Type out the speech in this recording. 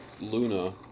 Luna